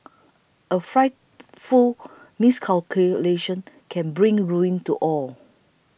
a frightful miscalculation can bring ruin to all